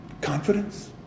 confidence